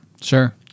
Sure